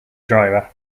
driver